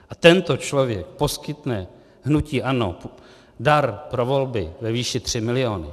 A tento člověk poskytne hnutí ANO dar pro volby ve výši 3 miliony.